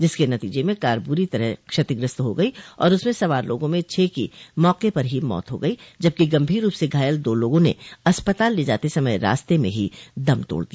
जिसके नतीजे में कार बुरी तरह क्षतिग्रस्त हो गई और उसमें सवार लोगों में छह की मौके पर ही मौत हो गई जबकि गंभीर रूप से घायल दो लोगों ने अस्पताल ले जाते समय रास्ते में ही दम तोड़ दिया